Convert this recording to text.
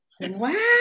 Wow